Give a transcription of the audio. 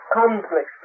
complex